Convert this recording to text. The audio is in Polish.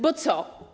Bo co?